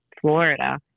Florida